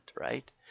right